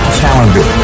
calendar